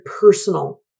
personal